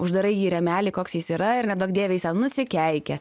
uždarai jį į rėmelį koks jis yra ir neduok dieve jis nusikeikia